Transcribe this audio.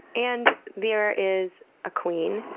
and there is a queen,